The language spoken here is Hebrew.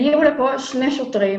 הגיעו אליי שני שוטרים